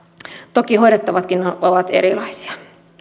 toki hoidettavatkin ovat erilaisia